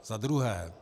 Za druhé.